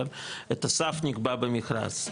אבל הסף נקבע במכרז,